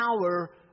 power